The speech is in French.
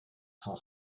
son